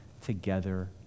together